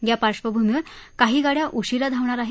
या पार्श्वभूमीवर काही गाड्या उशिरा धावणार आहेत